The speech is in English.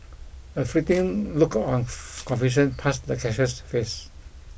a fleeting look of confusion passed the cashier's face